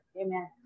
Amen